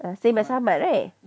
ah same as ahmad right